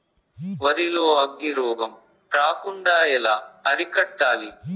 వరి లో అగ్గి రోగం రాకుండా ఎలా అరికట్టాలి?